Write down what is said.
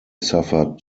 suffered